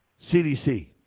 CDC